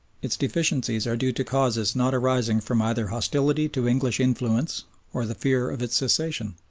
its deficiencies are due to causes not arising from either hostility to english influence or the fear of its cessation.